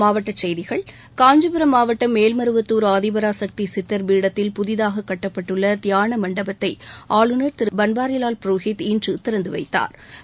மாவட்ட செய்திகள் காஞ்சிபுரம் மாவட்டம் மேல்மருவத்தூர் ஆதிபராசக்தி சித்தர் பீடத்தில் புதிதாக கட்டப்பட்டுள்ள தியான மண்டபத்தை ஆளுநர் திரு பன்வாரிலால் புரோஹித் இன்று திறந்து வைத்தாா்